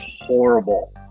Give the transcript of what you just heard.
horrible